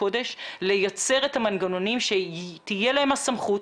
קודש לייצר את המנגנונים שתהיה להם הסמכות,